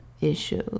issues